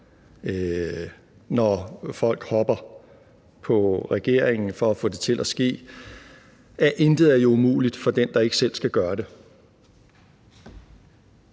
når folk hopper på regeringen for at få det til at ske, at intet jo er umuligt for den, der ikke selv skal gøre det.